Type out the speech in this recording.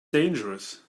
dangerous